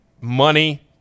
money